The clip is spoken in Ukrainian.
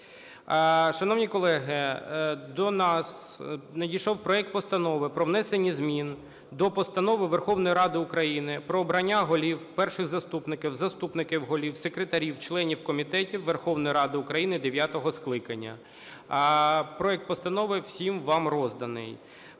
Шановні колеги, до нас надійшов проект Постанови про внесення змін до Постанови Верховної Ради України "Про обрання голів, перших заступників, заступників голів, секретарів, членів комітетів Верховної Ради України дев'ятого скликання". Проект постанови всім вам розданий.